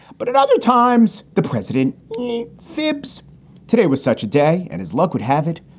but at other times, the president fips today was such a day and his luck would have it.